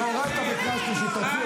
--- יוראי, אתה בקריאה שלישית.